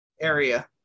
area